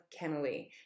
Kennelly